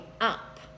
up